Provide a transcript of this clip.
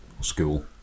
school